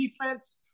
defense